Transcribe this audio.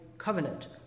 Covenant